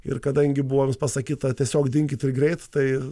ir kadangi buvo jiems pasakyta tiesiog dinkit ir greit tai